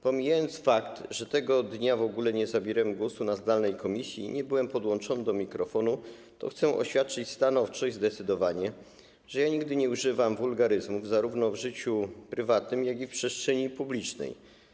Pomijając fakt, że tego dnia w ogóle nie zabierałem głosu na zdalnym posiedzeniu komisji, nie byłem podłączony do mikrofonu, chcę oświadczyć stanowczo i zdecydowanie, że ja nigdy nie używam wulgaryzmów zarówno w życiu prywatnym, jak i w przestrzeni publicznej.